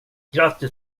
grattis